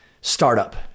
startup